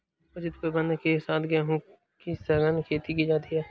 उचित प्रबंधन के साथ गेहूं की सघन खेती की जाती है